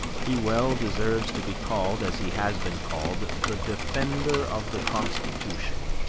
he well deserves to be called, as he has been called, the defender of the constitution.